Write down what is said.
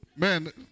Man